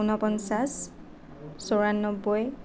ঊনপঞ্চাছ চৌৰান্নব্বৈ